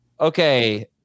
Okay